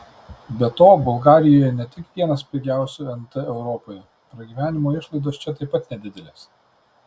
be to bulgarijoje ne tik vienas pigiausių nt europoje pragyvenimo išlaidos čia taip pat nedidelės